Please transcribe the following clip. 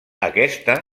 aquesta